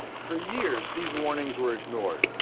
for years, these warnings were ignored,